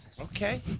Okay